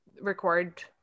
record